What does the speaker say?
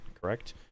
correct